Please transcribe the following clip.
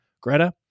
Greta